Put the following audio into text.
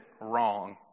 wrong